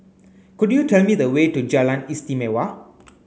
could you tell me the way to Jalan Istimewa